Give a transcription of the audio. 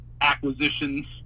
acquisitions